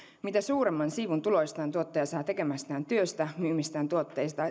mitä suuremman siivun tuloistaan tuottaja saa tekemästään työstä myymistään tuotteista